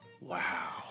Wow